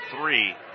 three